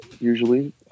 usually